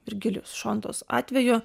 virgilijaus šontos atveju